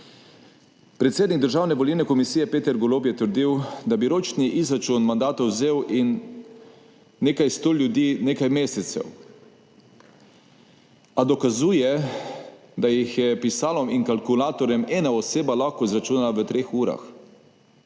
Predsednik Državne volilne komisije Peter Golob je trdil, da bi ročni izračun mandatov vzel nekaj sto ljudi in nekaj mesecev, a dokazuje, da jih je pisalom in kalkulatorjem ena oseba lahko izračunala v treh urah.